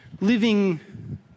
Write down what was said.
living